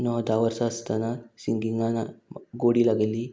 णव धा वर्सां आसतना सिंगिंगान गोडी लागली